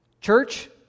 Church